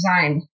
design